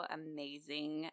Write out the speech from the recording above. amazing